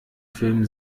film